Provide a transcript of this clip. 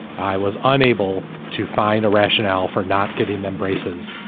i was unable to find a rationale for not getting them braces.